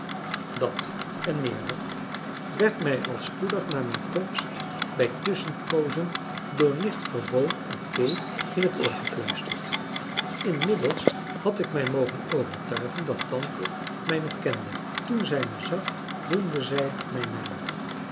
en kennissen meer nog werd mij al spoedig na mijn komst bij tusschen poozen door nicht verboon en kee in het oor gefluisterd inmiddels had ik mij mogen overtuigen dat tante mij nog kende toen zij mij zag noemde zij mijn naam